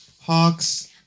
Hawks